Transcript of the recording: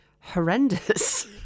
horrendous